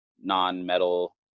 non-metal